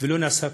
ולא נעשה כלום.